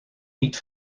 niet